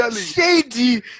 shady